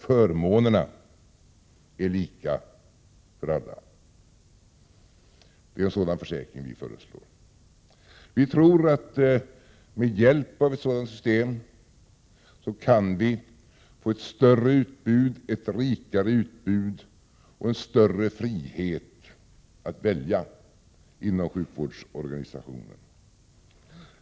Förmånerna är lika för alla. Vi tror att med hjälp av ett sådant system kan vi få ett större utbud, ett rikare utbud och en större frihet att välja inom sjukvårdsorganisationen.